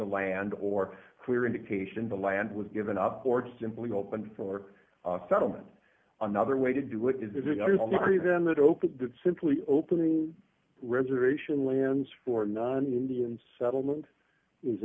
the land or clear indication the land was given up or just simply opened for settlement another way to do it is it then that open that simply opening reservation lands for non indians settlement is